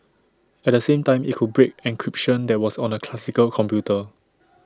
at the same time IT could break encryption that was on A classical computer